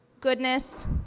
goodness